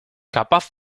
capaz